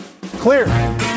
clear